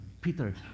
Peter